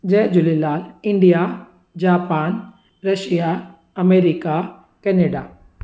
Jay Jhulelal India Japan Russia America Canada